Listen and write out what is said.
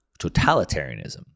totalitarianism